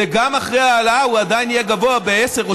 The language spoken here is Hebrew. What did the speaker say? וגם אחרי ההעלאה הוא עדיין יהיה גבוה ב-10% או